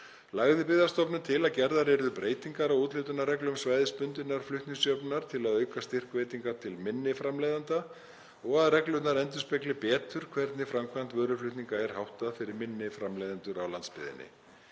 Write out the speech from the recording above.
Lagði Byggðastofnun til að gerðar yrðu breytingar á úthlutunarreglum svæðisbundinnar flutningsjöfnunar til að auka styrkveitingar til minni framleiðenda og að reglurnar endurspegli betur hvernig framkvæmd vöruflutninga er háttað fyrir minni framleiðendur á landsbyggðinni.